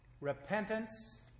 repentance